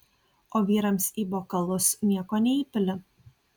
o vyrams į bokalus nieko neįpili